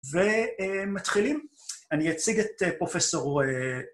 ומתחילים. אני אציג את פרופסור...